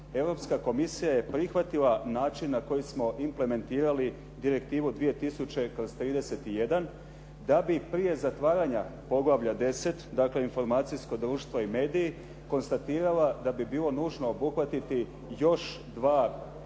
Europska komisija je prihvatila način na koji smo implementirali direktivu 2000/31 da bi prije zatvaranja poglavlja 10, dakle Informacijsko društvo i mediji, konstatirala da bi bilo nužno obuhvatiti još dva zakona